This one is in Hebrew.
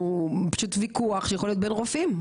הוא פשוט ויכוח שיכול להיות בן רופאים,